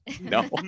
No